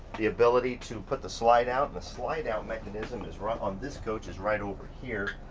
the ability to put the slide out. and the slide out mechanism is right, on this coach is right over here.